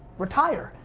retire,